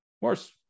Worse